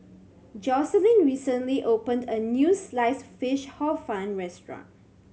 Jocelyn recently opened a new Sliced Fish Hor Fun restaurant